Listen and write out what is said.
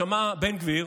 שמע בן גביר